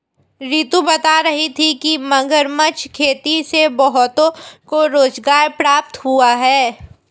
रितु बता रही थी कि मगरमच्छ खेती से बहुतों को रोजगार प्राप्त हुआ है